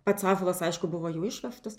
pats ąžuolas aišku buvo jau išvežtas